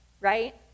right